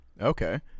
okay